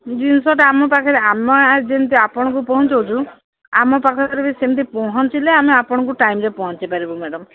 ଜିନିଷଟା ଆମ ପାଖରେ ଆମେ ଯେମିତି ଆପଣଙ୍କୁ ପହଞ୍ଚଉଚୁ ଆମ ପାଖରେ ବି ସେମିତି ପହଞ୍ଚିଲେ ଆମେ ଆପଣଙ୍କୁ ଟାଇମ୍ରେ ପହଞ୍ଚିପାରିବୁ ମ୍ୟାଡମ୍